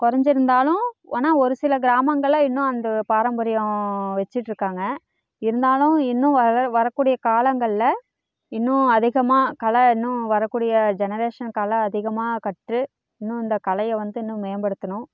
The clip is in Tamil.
குறைஞ்சிருந்தாலும் ஆனால் ஒருசில கிராமங்கள்ல இன்னும் அந்த பாரம்பரியம் வச்சிட்டு இருக்காங்க இருந்தாலும் இன்னும் வளர வரக்கூடிய காலங்கள்ல இன்னும் அதிகமாக கலை இன்னும் வரக்கூடிய ஜெனரேஷன் கலை அதிகமாக கற்று இன்னும் இந்த கலையை வந்து இன்னும் மேம்படுத்தணும்